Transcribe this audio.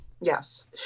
Yes